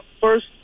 first